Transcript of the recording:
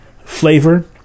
flavor